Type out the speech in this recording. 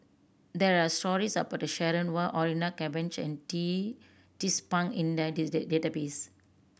there are stories about Sharon Wee Orfeur Cavenagh and Tee Tzu Pheng in the date database